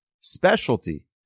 specialty